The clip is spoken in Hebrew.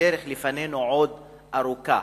שהדרך לפנינו עוד ארוכה,